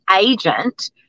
agent